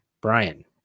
Brian